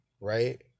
right